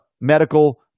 medical